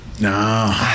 no